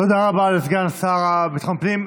תודה רבה לסגן השר לביטחון הפנים.